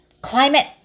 climate